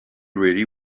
really